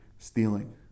Stealing